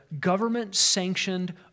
government-sanctioned